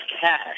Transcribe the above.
cash